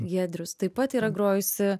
giedrius taip pat yra grojusi